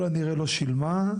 ככל הנראה לא שילמה.